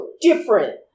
different